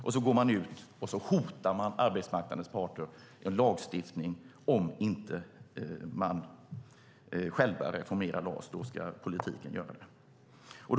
Sedan går man ut och hotar arbetsmarknadens parter med lagstiftning: Om de inte själva reformerar LAS ska det göras politiskt.